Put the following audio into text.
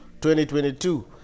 2022